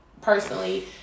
personally